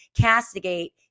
castigate